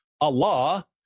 Allah